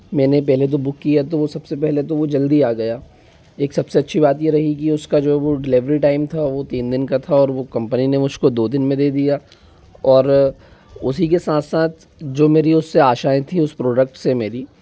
मैंने पहले तो बुक किया तो सबसे पहले तो वो जल्दी आ गया एक सबसे अच्छी बात ये रही की उसका जो वो डिलीवरी टाइम तीन दिन का था और वो कंपनी ने मुझ को वो दो दिन मे दे दिया और उसी के साथ साथ जो मेरी उससे आशाएँ थी उस प्रोडक्ट से मेरी